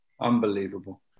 Unbelievable